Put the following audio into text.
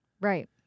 Right